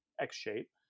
X-shape